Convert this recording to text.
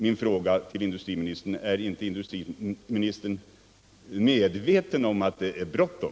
Min fråga är alltså: Är inte industriministern medveten om att det är bråttom?